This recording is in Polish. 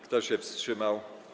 Kto się wstrzymał?